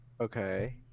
Okay